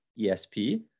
ESP